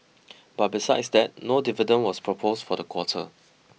but besides that no dividend was proposed for the quarter